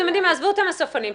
עזבו את המסופונים.